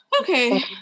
Okay